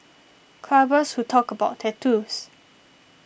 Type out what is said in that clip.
clubbers who talk about tattoos